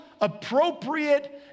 appropriate